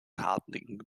hartnäckigen